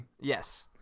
Yes